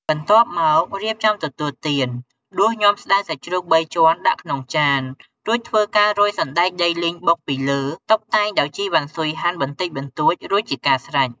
បន្ទាប់មករៀបចំទទួលទានដួសញាំស្តៅសាច់ជ្រូកបីជាន់ដាក់ក្នុងចាន រួចធ្វើការរោយ សណ្ដែកដីលីងបុក ពីលើ តុបតែងដោយ ជីរវ៉ាន់ស៊ុយហាន់ បន្តិចបន្តួចរួចជាការស្រេច។